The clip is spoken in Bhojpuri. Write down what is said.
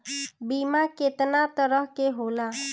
बीमा केतना तरह के होला?